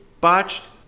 botched